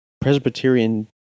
Presbyterian